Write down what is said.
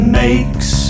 makes